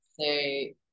Say